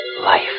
life